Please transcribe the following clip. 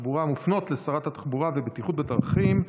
שמופנות לשרת התחבורה והבטיחות בדרכים.